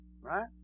Right